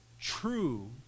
true